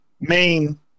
main